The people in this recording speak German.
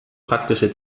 praktische